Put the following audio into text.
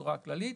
בצורה כללית,